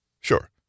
Sure